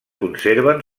conserven